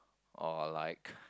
or like